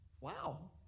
Wow